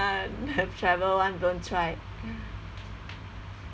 have travel one don't try